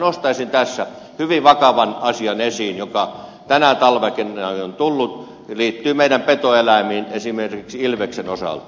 nostaisin tässä hyvin vakavan asian esiin joka tänä talvena on tullut ja liittyy meidän petoeläimiin esimerkiksi ilveksen osalta